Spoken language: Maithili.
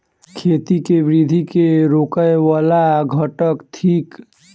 खेती केँ वृद्धि केँ रोकय वला घटक थिक?